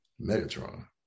Megatron